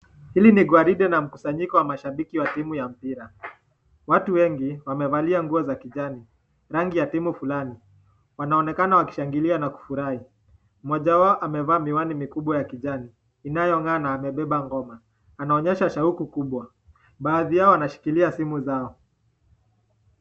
Hili ni gwaride ya mkusanyiko ya timu ya mpira, watu wengi wamevalia nguo za kijani rangi ya timu fulani. Wanaonekana wakishangilia na kufurahi mmoja wao amevaa miwani mikubwa ya kijani inayongaa na amebeba ngoma. Anaonyesha shauku kubwa, baadhi yao wanashikilia simu zao.